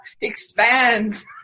expands